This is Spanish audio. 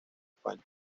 españa